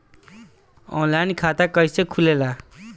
Online खाता कइसे खुलेला?